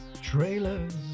Trailers